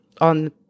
on